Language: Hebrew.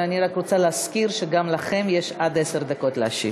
אני רק רוצה להזכיר שגם לכם יש עד עשר דקות להשיב.